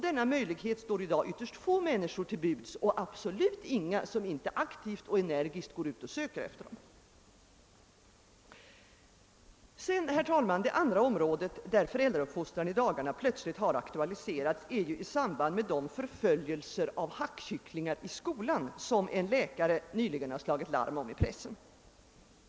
Denna möjlighet står i dag ytterst få människor till buds och absolut inga som inte aktivt söker efter den. Det andra området där föräldrauppfostran i dagarna plötsligt har aktualiserats är de förföljelser av hackkycklingar i skolan, som en läkare nyligen har slagit larm om i pressen.